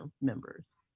members